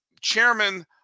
chairman